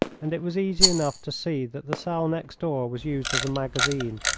and it was easy enough to see that the cell next door was used as a magazine,